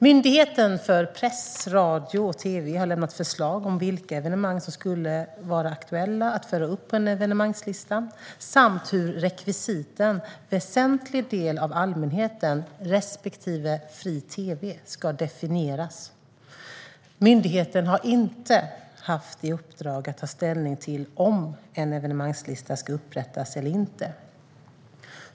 Myndigheten för press, radio och tv har lämnat förslag om vilka evenemang som skulle vara aktuella att föra upp på en evenemangslista samt hur rekvisiten "väsentlig del av allmänheten" respektive "fri tv" ska definieras. Myndigheten har inte haft i uppdrag att ta ställning till om en evenemangslista ska upprättas eller inte.